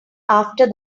after